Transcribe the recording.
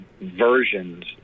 versions